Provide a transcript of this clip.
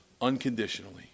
unconditionally